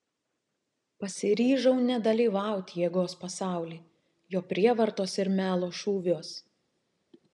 pasiryžau nedalyvaut jėgos pasauly jo prievartos ir melo šūviuos